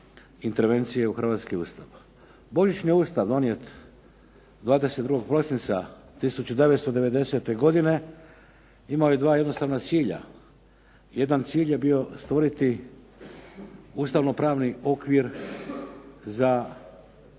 intervencije u hrvatski Ustav. Božićni Ustav donijet 22. prosinca 1990. godine imao je dva jednostavna cilja. Jedan cilj je bio stvoriti ustavnopravni okvir za